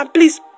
Please